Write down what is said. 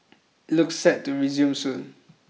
it looks set to resume soon